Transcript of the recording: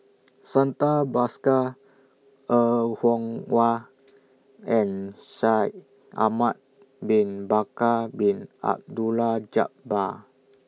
Santha Bhaskar Er Kwong Wah and Shaikh Ahmad Bin Bakar Bin Abdullah Jabbar